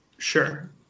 Sure